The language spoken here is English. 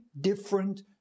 different